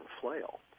flail